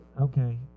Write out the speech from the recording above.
Okay